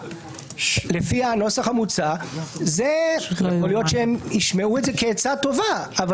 לפי הנוסח המוצע יכול להיות שהם ישמעו כעצה טובה אבל